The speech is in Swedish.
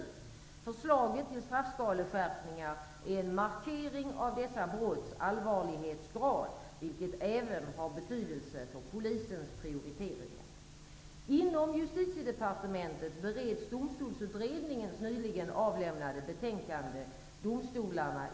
Förslaget till straffskaleskärpningar är en markering av dessa brotts allvarlighetsgrad, vilket även har betydelse för polisens prioriteringar.